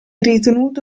ritenuto